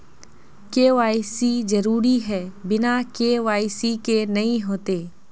KYC जरुरी है बिना के.वाई.सी के नहीं होते?